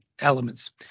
elements